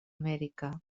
amèrica